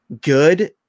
good